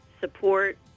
support